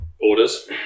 orders